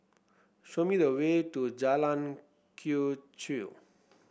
show me the way to Jalan Quee Chew